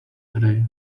today